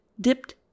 dipped